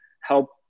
help